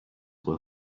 were